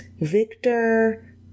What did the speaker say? Victor